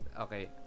Okay